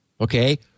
Okay